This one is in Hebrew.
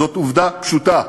זאת עובדה פשוטה,